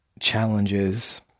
challenges